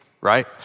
right